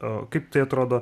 o kaip tai atrodo